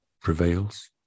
prevails